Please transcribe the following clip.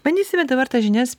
bandysime dabar tas žinias